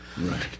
Right